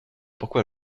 pourquoi